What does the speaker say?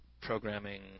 programming